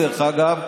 דרך אגב,